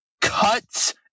cuts